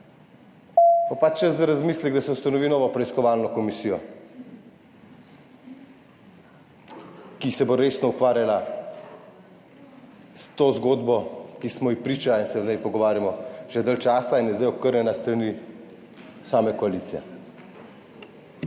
bo pa čas za razmislek, da se ustanovi novo preiskovalno komisijo, ki se bo resno ukvarjala s to zgodbo, ki smo ji priče in se o njej pogovarjamo že dalj časa in je zdaj okrnjena s strani same koalicije.